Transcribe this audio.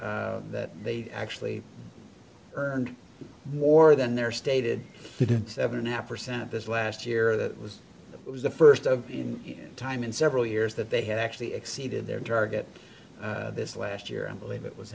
that they actually earned more than their stated in seven and half percent this last year that was it was the first up in time in several years that they had actually exceeded their target this last year i believe it was